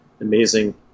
amazing